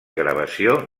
gravació